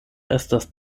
estas